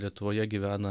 lietuvoje gyvena